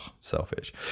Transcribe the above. Selfish